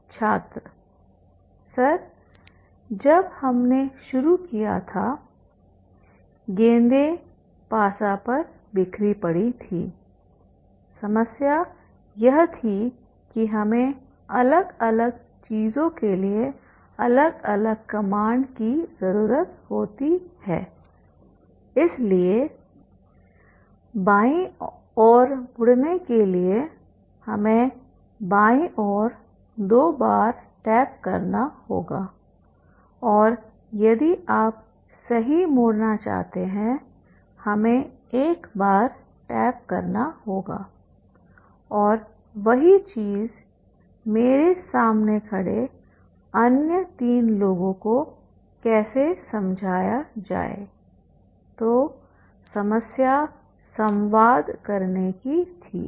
छात्र सर जब हमने शुरू किया था गेंदें पासा पर बिखरी पड़ी थी समस्या यह थी कि हमें अलग अलग चीजों के लिए अलग अलग कमांड की जरूरत होती है इसलिए बाईं ओर मुड़ने के लिए हमें बाईं ओर दो बार टैप करना होगा और यदि आप सही मोड़ना चाहते हैं हमें एक बार टैप करना होगा और वही चीज़ मेरे सामने खड़े अन्य 3 लोगों को कैसे समझाया जाए तो समस्या संवाद करने की थी